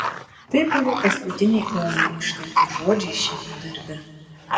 tai buvo paskutiniai onai ištarti žodžiai šiame darbe